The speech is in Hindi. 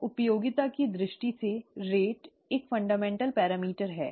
तो उपयोगिता की दृष्टि से दर एक मूलभूत पैरामीटर है